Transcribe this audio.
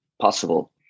possible